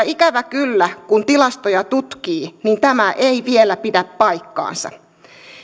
ikävä kyllä kun tilastoja tutkii niin tämä ei vielä pidä paikkaansa